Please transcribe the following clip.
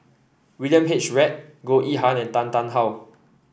William H Read Goh Yihan and Tan Tarn How